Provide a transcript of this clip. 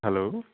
hello